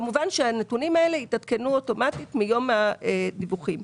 כמובן שהנתונים האלה יתעדכנו אוטומטית מיום הדיווחים.